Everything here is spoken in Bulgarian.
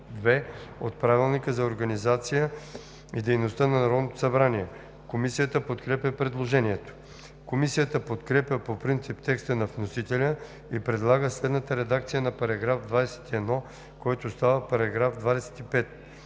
от Правилника за организацията и дейността на Народното събрание. Комисията подкрепя предложението. Комисията подкрепя по принцип текста на вносителя и предлага следната редакция на § 24, който става § 29: „§ 29.